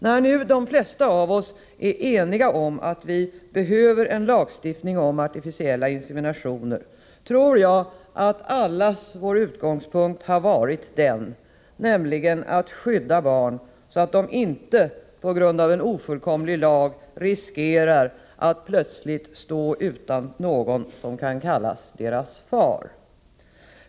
När nu de flesta av oss är eniga om att vi behöver en lagstiftning om artificiella inseminationer, tror jag att allas vår utgångspunkt har varit den: nämligen att skydda barn så att de inte på grund av en ofullkomlig lagstiftning riskerar att plötsligt stå utan någon som kan kallas deras far.